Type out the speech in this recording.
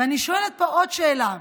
ואני שואלת פה עוד שאלה: